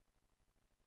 ראשונה